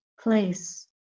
place